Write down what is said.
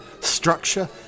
structure